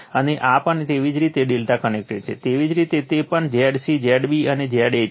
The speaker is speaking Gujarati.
અને આ પણ તેવી જ રીતે ∆ કનેક્ટેડ છે તેવી જ રીતે તે પણ Zc Zb અને Za છે